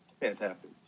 fantastic